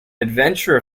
adventure